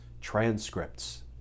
transcripts